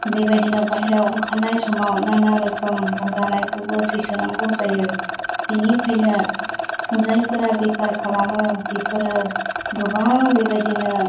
बेबायदिनो बायह्रायाव ओंखारनाय समाव मामा रोखोम बुंजानायखौबो सैसोनांगौ जायो बेनिखायनो जायफोरा बेफार खालामो बेफोरो गोबां बेबायदिनो